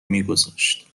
میگذاشت